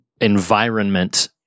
environment